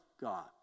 God